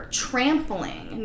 trampling